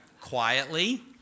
Quietly